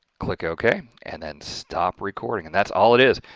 click ok and then stop recording and that's all it is.